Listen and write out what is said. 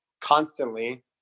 constantly